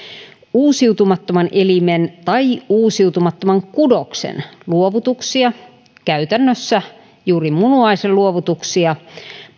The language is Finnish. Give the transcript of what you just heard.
uusiutumattoman elimen tai uusiutumattoman kudoksen luovutuksia käytännössä juuri munuaisen luovutuksia